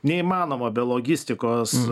neįmanoma be logistikos